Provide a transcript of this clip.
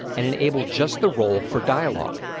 and enable just the role for dialogue.